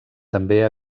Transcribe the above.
també